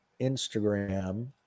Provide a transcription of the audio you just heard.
Instagram